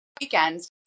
weekends